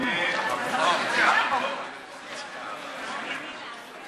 אנחנו הצבענו הצבעה שמית על ההסתייגויות